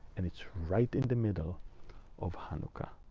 and it's right in the middle of hanukkah,